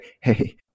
hey